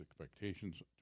expectations